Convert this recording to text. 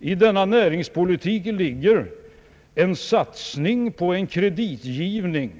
I denna näringspolitik ligger en satsning på kreditgivning,